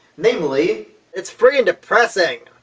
namely it's friggin' depressing!